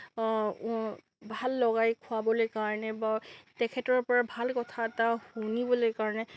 ভাল লগাই খোৱাবলৈ কাৰণে বা তেখেতৰ পৰা ভাল কথা এটা শুনিবলৈ কাৰণে